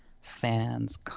fans